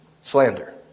Slander